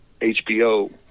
HBO